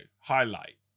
highlight